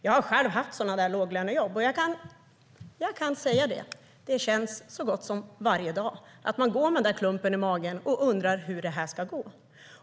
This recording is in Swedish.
Jag har själv haft sådana låglönejobb, och jag kan säga: Det känns så gott som varje dag. Man går med klumpen i magen och undrar hur det ska gå.